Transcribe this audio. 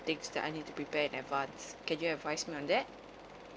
things that I need to prepare in advance can you advise me on that